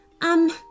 Um